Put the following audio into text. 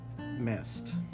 missed